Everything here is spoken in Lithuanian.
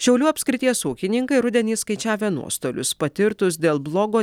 šiaulių apskrities ūkininkai rudenį skaičiavę nuostolius patirtus dėl blogo